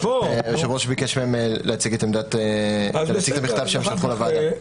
היושב-ראש ביקש מהם להציג את המכתב שהם שלחו לוועדה.